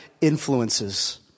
influences